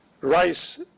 Rice